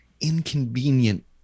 inconvenient